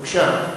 בבקשה,